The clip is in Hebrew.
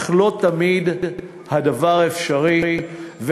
אך לא תמיד הדבר אפשרי,